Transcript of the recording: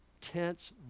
tense